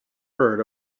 heard